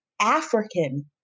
African